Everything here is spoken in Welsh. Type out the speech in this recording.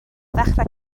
ddechrau